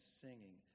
singing